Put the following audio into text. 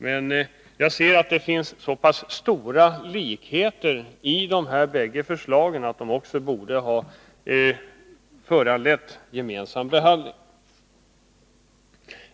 Men jag ser att det finns så pass stora likheter i förslagen att de borde ha fått en gemensam behandling.